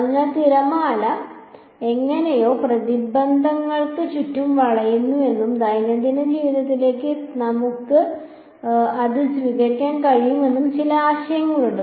അതിനാൽ തിരമാല എങ്ങനെയോ പ്രതിബന്ധങ്ങൾക്ക് ചുറ്റും വളയുന്നുവെന്നും ദൈനംദിന ജീവിതത്തിൽ നമുക്ക് അത് സ്വീകരിക്കാൻ കഴിയുമെന്നും ചില ആശയങ്ങളുണ്ട്